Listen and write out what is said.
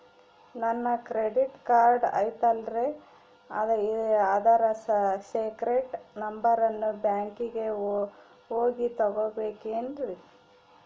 ನನ್ನ credit card ಐತಲ್ರೇ ಅದರ ಸೇಕ್ರೇಟ್ ನಂಬರನ್ನು ಬ್ಯಾಂಕಿಗೆ ಹೋಗಿ ತಗೋಬೇಕಿನ್ರಿ?